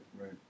right